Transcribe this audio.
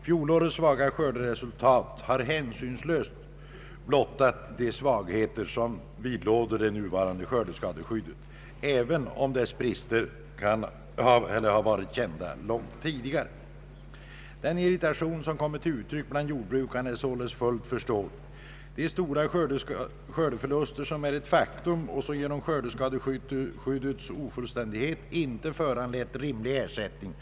Fjolårets svaga skörderesultat har hänsynslöst blottat de svagheter som vidlåder det nuvarande skördeskadeskyddet, även om dess brister varit kända långt tidigare. Den irritation som kommit till uttryck bland jordbrukarna är således fullt förståelig. De stora skördeförluster som är ett faktum och som genom skördeskadeskyddets ofullständighet icke föranlett rimlig ersättning Ang.